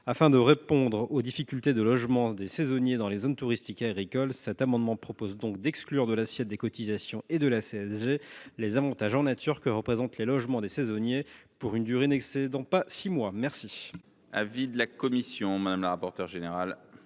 afin de répondre aux difficultés de logement des saisonniers dans les zones touristiques et agricoles. À cette fin, le présent amendement tend à exclure de l’assiette des cotisations et de la CSG les avantages en nature que représentent les logements des saisonniers, pour une durée n’excédant pas six mois. Quel